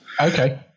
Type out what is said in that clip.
Okay